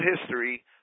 history